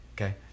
Okay